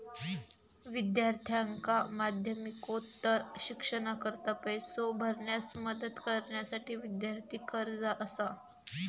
विद्यार्थ्यांका माध्यमिकोत्तर शिक्षणाकरता पैसो भरण्यास मदत करण्यासाठी विद्यार्थी कर्जा असा